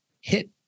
hit